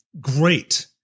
great